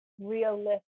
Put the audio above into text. realistic